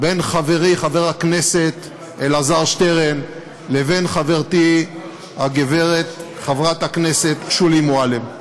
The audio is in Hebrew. בין חברי חבר הכנסת אלעזר שטרן לבין חברתי הגברת חברת הכנסת שולי מועלם.